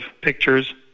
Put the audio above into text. pictures